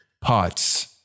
parts